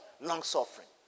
long-suffering